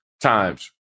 times